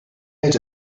head